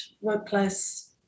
workplace